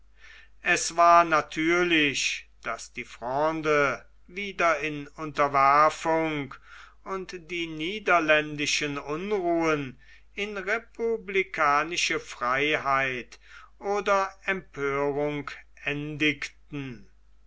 es war natürlich daß die fronde wieder in unterwerfung und die niederländischen unruhen in republikanischer freiheit oder empörung